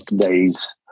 days